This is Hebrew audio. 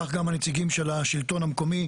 כך גם הנציגים של השלטון המקומי,